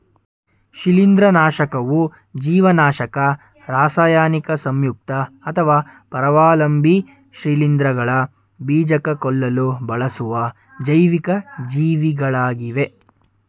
ಶಿಲೀಂಧ್ರನಾಶಕವು ಜೀವನಾಶಕ ರಾಸಾಯನಿಕ ಸಂಯುಕ್ತ ಅಥವಾ ಪರಾವಲಂಬಿ ಶಿಲೀಂಧ್ರಗಳ ಬೀಜಕ ಕೊಲ್ಲಲು ಬಳಸುವ ಜೈವಿಕ ಜೀವಿಗಳಾಗಿವೆ